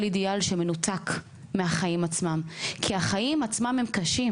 אידיאל שמנותק מהחיים עצמם כי החיים עצמם הם קשים